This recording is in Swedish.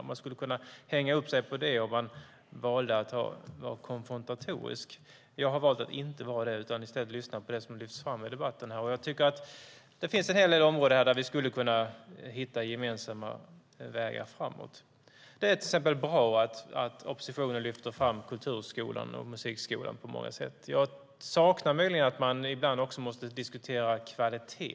Man skulle kunna hänga upp sig på det om man valde att vara konfrontatorisk. Jag har valt att inte vara det utan att i stället lyssna på det som lyfts fram i debatten här. Jag tycker att det finns en hel del områden där vi skulle kunna hitta gemensamma vägar framåt. Det är till exempel bra att oppositionen lyfter fram kulturskolan och musikskolan på många sätt. Jag saknar möjligen ibland en diskussion om kvaliteten.